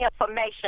information